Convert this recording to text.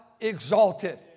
exalted